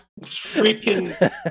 freaking